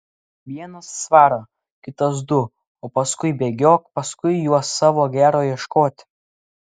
vienas svarą kitas du o paskui bėgiok paskui juos savo gero ieškoti